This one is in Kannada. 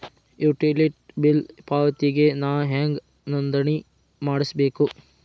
ಯುಟಿಲಿಟಿ ಬಿಲ್ ಪಾವತಿಗೆ ನಾ ಹೆಂಗ್ ನೋಂದಣಿ ಮಾಡ್ಸಬೇಕು?